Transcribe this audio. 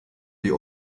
die